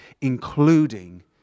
including